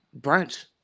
brunch